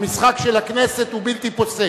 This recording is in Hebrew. המשחק של הכנסת הוא בלתי פוסק,